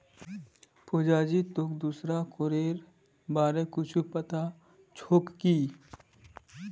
पुजा जी, तोक दूसरा करेर बार कुछु पता छोक की